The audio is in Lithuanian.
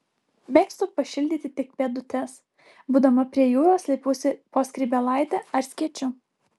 mėgstu pašildyti tik pėdutes būdama prie jūros slepiuosi po skrybėlaite ar skėčiu